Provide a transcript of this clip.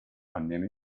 almeno